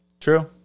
true